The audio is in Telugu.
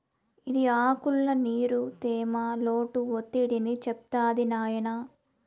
ఇది ఆకుల్ల నీరు, తేమ, లోటు ఒత్తిడిని చెప్తాది నాయినా